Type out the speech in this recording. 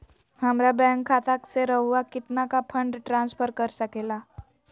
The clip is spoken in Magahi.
हमरा बैंक खाता से रहुआ कितना का फंड ट्रांसफर कर सके ला?